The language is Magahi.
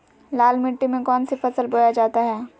लाल मिट्टी में कौन सी फसल बोया जाता हैं?